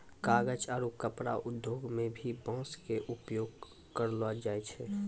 कागज आरो कपड़ा उद्योग मं भी बांस के उपयोग करलो जाय छै